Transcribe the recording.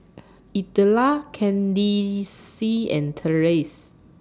Idella Candyce and Terence